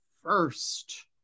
first